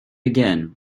again